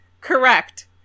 Correct